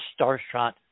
Starshot